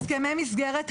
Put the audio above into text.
הסכמי מסגרת,